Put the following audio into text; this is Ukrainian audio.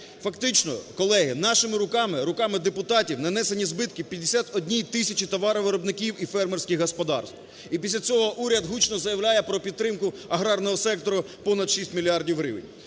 Фактично, колеги, нашими руками, руками депутатів нанесені збитки 51 тисячі товаровиробників і фермерських господарств. І після цього уряд гучно заявляє про підтримку аграрного сектору в понад 6 мільярдів гривень.